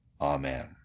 Amen